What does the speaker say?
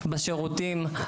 בשירותים,